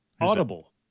Audible